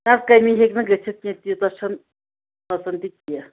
نہ حظ کمی ہیٚکہِ نہٕ گٔژھِتھ کینہہ تیٖژاہ چھَنہٕ پژان تہِ کینہہ